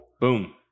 Boom